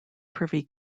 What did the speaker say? privy